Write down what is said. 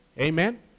Amen